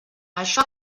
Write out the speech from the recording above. això